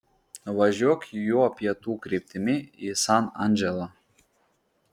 važiuok juo pietų kryptimi į san andželą